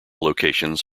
locations